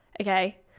okay